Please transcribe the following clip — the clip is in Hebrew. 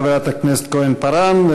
תודה, חברת הכנסת כהן-פארן.